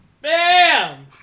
BAM